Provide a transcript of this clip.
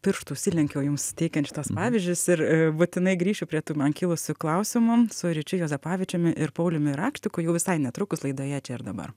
pirštų užsilenkiau jums teikiant šituos pavyzdžius ir būtinai grįšiu prie tų man kilusių klausimų su ryčiu juozapavičiumi ir pauliumi rakštiku jau visai netrukus laidoje čia ir dabar